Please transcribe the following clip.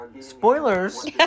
Spoilers